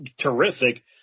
terrific